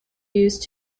used